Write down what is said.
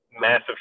massive